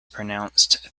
pronounced